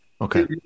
Okay